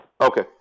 Okay